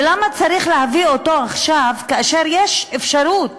ולמה צריך להביא אותו עכשיו, כאשר יש אפשרות